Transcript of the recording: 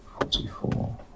forty-four